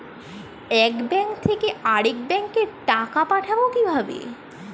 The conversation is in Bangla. এক ব্যাংক থেকে আরেক ব্যাংকে টাকা পাঠাবো কিভাবে?